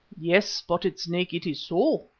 yes, spotted snake, it is so,